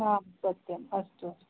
आं सत्यम् अस्तु